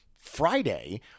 Friday